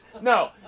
no